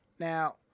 Now